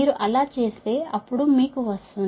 మీరు అలా చేస్తే అప్పుడు మీకు వస్తుంది